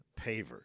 pavers